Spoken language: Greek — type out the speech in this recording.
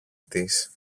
της